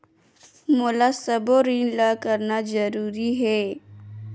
मोला सबो ऋण ला करना जरूरी हे?